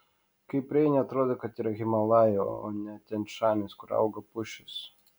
kai prieini atrodo kad yra himalajai o ne tian šanis kur auga pušys